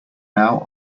now